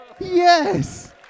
Yes